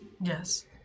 Yes